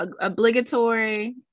obligatory